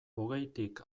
hogeitik